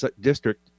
district